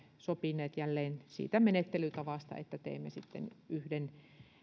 sopineet jälleen siitä menettelytavasta että teemme sitten yhden